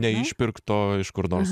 neišpirkto iš kur nors